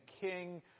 king